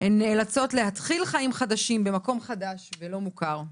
הן נאלצות להתחיל חיים חדשים במקום חדש ולא מוכר.